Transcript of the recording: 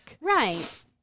Right